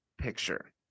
picture